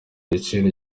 giciro